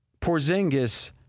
Porzingis